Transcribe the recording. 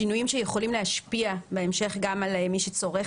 השינויים שיכולים להשפיע בהמשך גם על מי שצורך